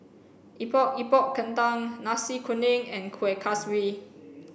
epok epok kentang nasi kuning and kueh kaswi